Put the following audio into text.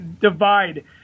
divide